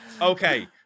Okay